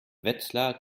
wetzlar